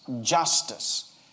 justice